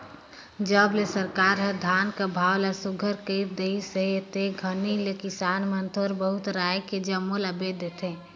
जब ले सरकार हर धान कर भाव ल सुग्घर कइर देहिस अहे ते घनी ले किसान मन थोर बहुत राएख के जम्मो ल बेच देथे